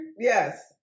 Yes